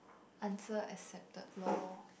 answer accepted lor